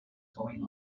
going